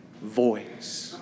voice